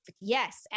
Yes